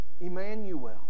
Emmanuel